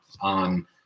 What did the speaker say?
on